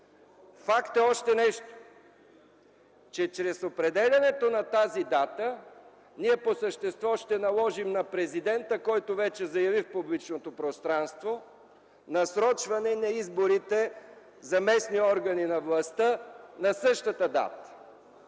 Факт е още нещо – че чрез определянето на тази дата ние по същество ще наложим на Президента, който вече заяви в публичното пространство насрочване на изборите за местни органи на властта на същата дата.